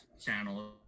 channel